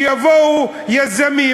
שיבואו יזמים,